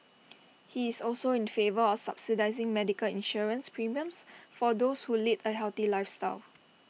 he is also in favour of subsidising medical insurance premiums for those who lead A healthy lifestyle